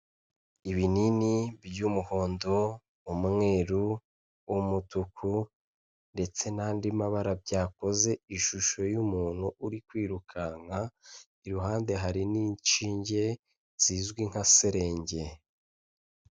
Ibinini by'umuhondo, umweru w'umutuku ndetse n'andi mabara byakoze ishusho y'umuntu uri kwirukanka, iruhande hari n'inshinge zizwi nka serenge.